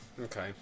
Okay